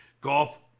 Golf